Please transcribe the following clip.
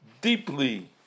deeply